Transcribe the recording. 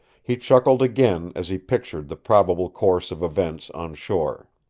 he chuckled again as he pictured the probable course of events on shore.